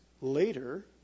later